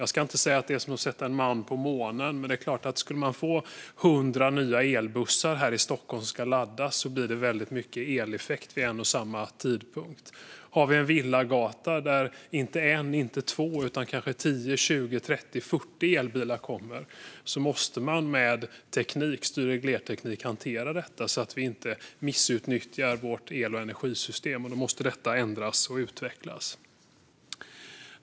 Jag ska inte säga att det är som att sätta en man på månen, men skulle man få 100 nya elbussar här i Stockholm som ska laddas blir det väldigt mycket eleffekt vid en och samma tidpunkt. Vid en villagata där inte 1 eller 2 utan kanske 10, 20, 30 eller 40 elbilar finns måste vi med styr och reglerteknik hantera detta så att vi inte missutnyttjar vårt el och energisystem. Då måste detta ändras och utvecklas.